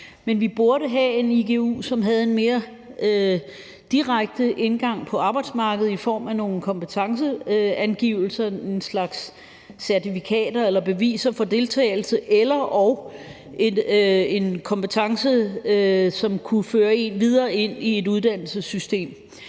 men vi burde have en igu, som havde en mere direkte indgang til arbejdsmarkedet i form af nogle kompetenceangivelser, en slags certifikater eller beviser for deltagelse eller/og en kompetence, som kunne føre en videre ind i et uddannelsessystem.